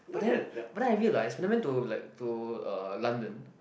but then but then I realised when I went to like to uh London